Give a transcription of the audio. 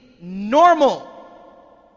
normal